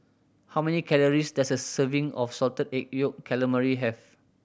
how many calories does a serving of Salted Egg Yolk Calamari have